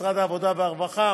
משרד העבודה והרווחה,